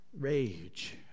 rage